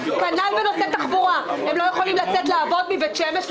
כנ"ל בנושא תחבורה הם לא יכולים לצאת לעבוד מבית שמש.